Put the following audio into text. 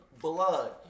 blood